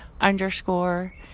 underscore